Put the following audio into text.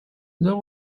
there